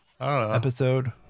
episode